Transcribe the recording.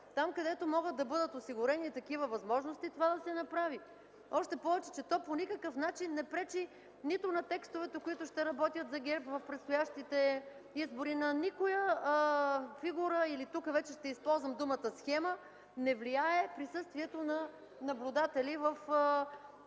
там, където могат да бъдат осигурени такива възможности, това да се направи. Още повече, че то по никакъв начин не пречи нито на текстовете, които ще работят за ГЕРБ в предстоящите избори, на никоя фигура или, тук вече ще използвам думата, схема, не влияе присъствието на наблюдатели в